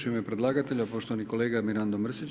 U ime predlagatelja, poštovani kolega Mirando Mrsić.